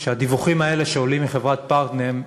שהדיווחים האלה שעולים מחברת "פרטנר"